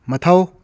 ꯃꯊꯧ